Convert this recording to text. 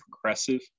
progressive